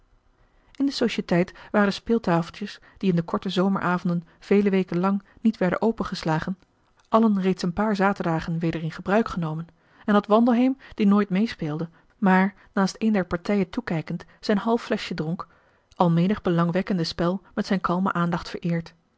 in de societeit waren de speeltafeltjes die in de korte zomer avonden vele weken lang niet werden opengeslagen allen reeds een paar zaterdagen weder in gebruik genomen en had wandelheem die nooit meespeelde maar naast een der partijen toekijkend zijn half fleschje dronk al menig belangwekkend spel met zijn kalme aandacht vereerd